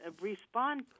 Respond